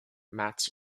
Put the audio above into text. mats